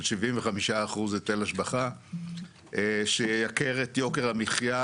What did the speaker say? של 75% היטל השבחה שייקר את יוקר המחייה